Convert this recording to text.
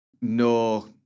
no